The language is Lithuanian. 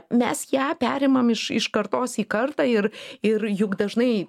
mes ją perimam iš kartos į kartą ir ir juk dažnai